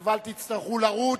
לבל תצטרכו לרוץ,